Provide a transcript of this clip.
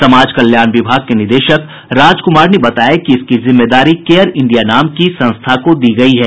समाज कल्याण विभाग के निदेशक राज कुमार ने बताया कि इसकी जिम्मेदारी केयर इंडिया नाम की संस्था को दी गयी है